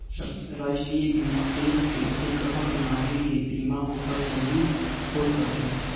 राष्ट्रीय बीमा देस के एकहक नागरीक के बीमा होखल जरूरी होत बाटे